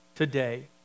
Today